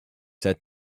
set